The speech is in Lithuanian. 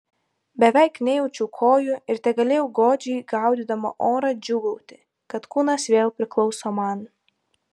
beveik nejaučiau kojų ir tegalėjau godžiai gaudydama orą džiūgauti kad kūnas vėl priklauso man